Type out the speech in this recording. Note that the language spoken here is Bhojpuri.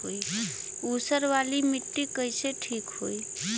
ऊसर वाली मिट्टी कईसे ठीक होई?